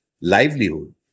livelihood